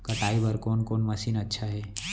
कटाई बर कोन कोन मशीन अच्छा हे?